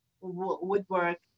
woodwork